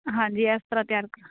ਹਾਂਜੀ ਇਸ ਤਰ੍ਹਾਂ ਤਿਆਰ ਕਰਾ